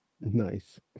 Nice